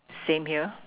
same here